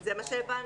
זה מה שהבנו.